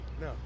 No